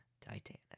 Titanic